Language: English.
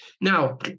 now